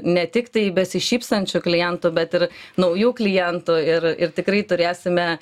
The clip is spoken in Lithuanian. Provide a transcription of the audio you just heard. ne tiktai besišypsančių klientų bet ir naujų klientų ir ir tikrai turėsime